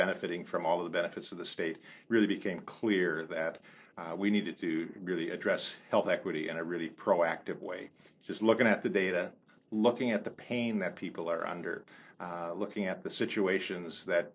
benefiting from all the benefits of the state really became clear that we needed to really address health equity and really proactive way just looking at the data looking at the pain that people are under looking at the situation is that